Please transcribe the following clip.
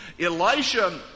Elisha